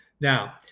Now